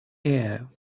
air